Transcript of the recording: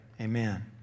amen